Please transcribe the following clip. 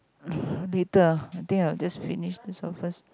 later I think I'll just finish this one first